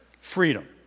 freedom